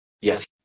yes